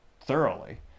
thoroughly